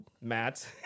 Matt